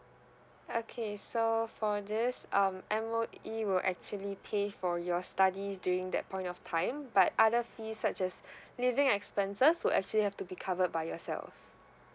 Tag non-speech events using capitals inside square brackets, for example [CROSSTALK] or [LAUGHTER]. okay so for this um M_O_E will actually pay for your studies during that point of time but other fees such as [BREATH] living expenses will actually have to be covered by yourself